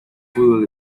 fútbol